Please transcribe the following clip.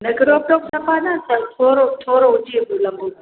एतिरो सभु सफ़ा न पर थोरो थोरो हुजे लंबो